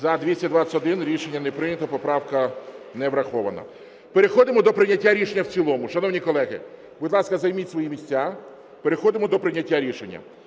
За-221 Рішення не прийнято. Поправка не врахована. Переходимо до прийняття рішення в цілому. Шановні колеги, будь ласка, займіть свої місця. Переходимо до прийняття рішення.